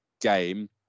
game